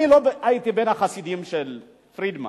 אני לא הייתי בין החסידים של פרידמן,